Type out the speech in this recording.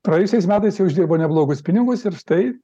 praėjusiais metais jie uždirbo neblogus pinigus ir štai